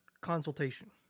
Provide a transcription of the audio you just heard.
consultation